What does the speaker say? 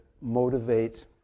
motivate